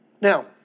Now